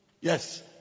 Yes